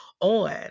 on